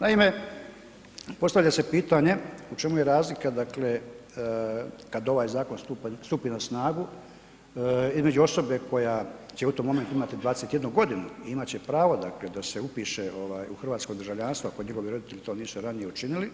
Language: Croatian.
Naime, postavlja se pitanje u čemu je razlika, dakle kad ovaj zakon stupi na snagu između osobe koja će u tom momentu imati 21 godinu i imat će pravo dakle da se upiše ovaj u hrvatsko državljanstvo ako njegovi roditelji to nisu ranije učinili,